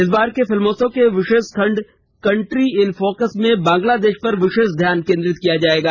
इस बार के फिल्मोत्सव के विशेष खण्ड कंट्री इन फोकस में बांग्लादेश पर विशेष ध्यान केनद्रित किया जायेगा